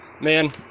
Man